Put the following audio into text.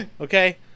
Okay